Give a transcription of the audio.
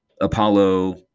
Apollo